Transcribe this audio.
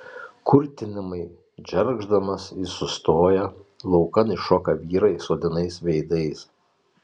kurtinamai džergždamas jis sustoja laukan iššoka vyrai suodinais veidais